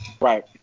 Right